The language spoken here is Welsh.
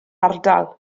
ardal